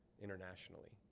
internationally